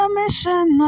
mission